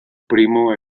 primo